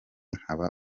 nkaba